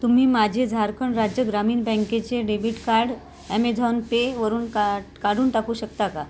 तुम्ही माझे झारखंड राज्य ग्रामीण बँकेचे डेबिट कार्ड ॲमेझॉन पेवरून काड काढून टाकू शकता का